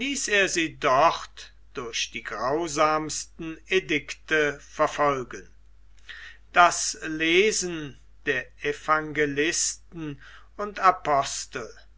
sie dort durch die grausamsten edikte verfolgen das lesen der evangelisten und apostel